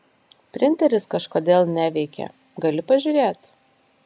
printeris kažkodėl neveikia gali pažiūrėt